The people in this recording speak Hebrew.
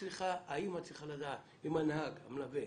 האימא צריכה לדעת שאם הנהג או המלווה